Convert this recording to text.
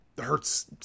Hurts